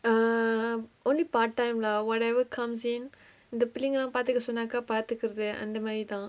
um only part time lah whatever comes in இந்த பிள்ளைங்கலா பாத்துக்க சொன்னாக்க பாத்துகுறது அந்த மாரிதா:intha pillaingalla paathukka sonnaakka paathukkurathu anthamaarithaa